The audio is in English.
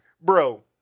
Bro